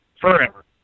forever